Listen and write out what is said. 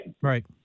Right